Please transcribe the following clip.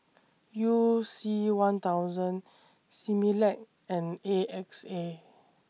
YOU C one thousand Similac and A X A